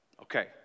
Okay